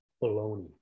bologna